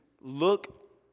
look